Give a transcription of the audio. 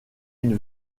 une